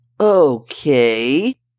Okay